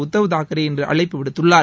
உத்தவ் தாக்கரே இன்று அழைப்பு விடுத்துள்ளார்